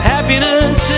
Happiness